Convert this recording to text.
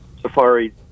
safari